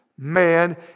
man